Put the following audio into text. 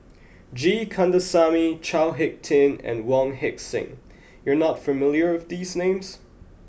G Kandasamy Chao Hick Tin and Wong Heck Sing you are not familiar with these names